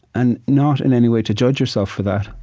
and not in any way to judge yourself for that,